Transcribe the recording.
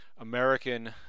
American